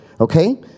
Okay